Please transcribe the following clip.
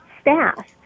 staff